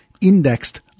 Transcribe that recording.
indexed